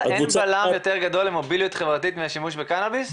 שאין בלם יותר גדול למוביליות חברתית מהשימוש בקנאביס?